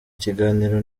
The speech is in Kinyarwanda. kiganiro